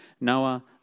Noah